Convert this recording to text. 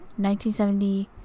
1970